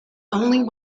only